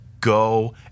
go